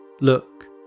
Look